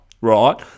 right